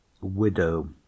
Widow